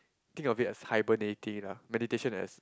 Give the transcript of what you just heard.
think of it as hibernating lah meditation as